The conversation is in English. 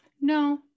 No